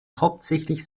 hauptsächlich